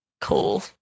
cool